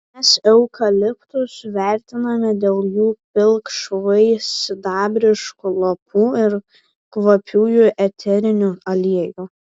mes eukaliptus vertiname dėl jų pilkšvai sidabriškų lapų ir kvapiųjų eterinių aliejų